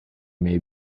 may